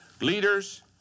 Leaders